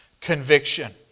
Conviction